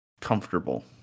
comfortable